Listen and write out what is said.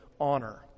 honor